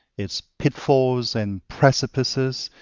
its pitfalls and precipices,